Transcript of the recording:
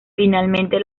finalmente